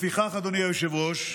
לפיכך, אדוני היושב-ראש,